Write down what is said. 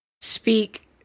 speak